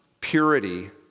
purity